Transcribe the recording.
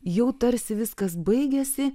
jau tarsi viskas baigiasi